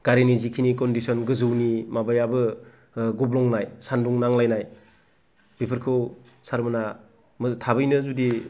गारिनि जिखिनि कनदिस'न गोजौनि माबायाबो गब्लंनाय सान्दुं नांलायनाय बेफोरखौ सारमोना थाबैनो जुदि